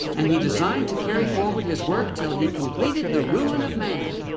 and he designed to carry forward his work till he completed the ruin of man.